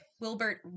Wilbert